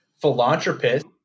philanthropist